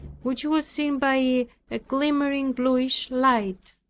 which was seen by a glimmering blueish light.